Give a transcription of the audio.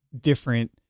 different